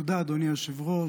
תודה, אדוני היושב-ראש.